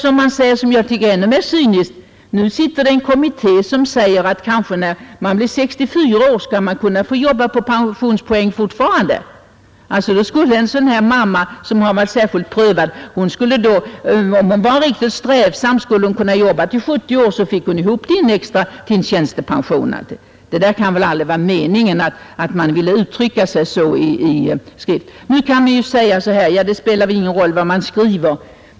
Eller varför säga — vilket jag tycker är ännu mer cyniskt — att pensionsålderskommittén skall undersöka om man vid 64 års ålder fortfarande kan få jobba för att tjäna in pensionspoäng. Då skulle en sådan här mamma, som har varit särskilt prövad, om hon var riktigt strävsam kunna jobba tills hon var 70 år, och så fick hon ihop till sin tjänstepension. Det kan väl aldrig vara meningen att man vill uttrycka sig så i skrift? Nu kan någon svara: Det spelar ingen roll vad man skriver.